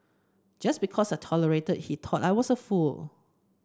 just because I tolerated he thought I was a fool